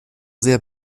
sehr